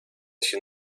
się